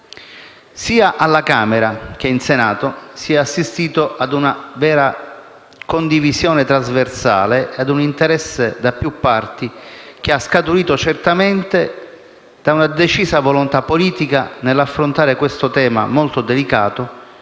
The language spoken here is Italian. dei deputati, che in Senato si è assistito a una vera condivisione trasversale e a un interesse da più parti, certamente scaturiti da una decisa volontà politica nell'affrontare questo tema molto delicato,